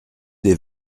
des